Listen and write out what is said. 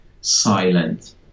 silent